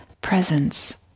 presence